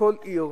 בכל עיר,